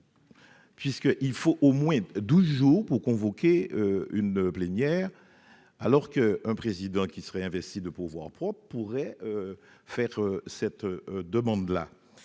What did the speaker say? Puisque il faut au moins 12 jours pour convoquer une plénière alors qu'un président qui serait investi de pouvoirs propres pourrait faire cette demande-là